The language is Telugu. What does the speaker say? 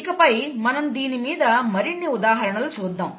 ఇకపై మనం దీని మీద మరిన్ని ఉదాహరణలు చూద్దాం